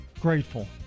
Grateful